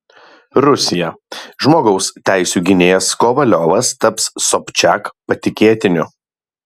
rusija žmogaus teisių gynėjas kovaliovas taps sobčiak patikėtiniu